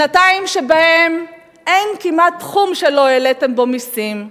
שנתיים שבהן אין כמעט תחום שלא העליתם בו מסים,